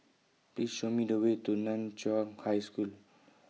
Please Show Me The Way to NAN Chiau High School